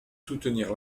soutenir